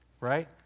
Right